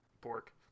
pork